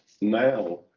now